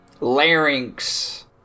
Larynx